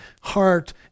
heart